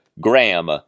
Graham